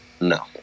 No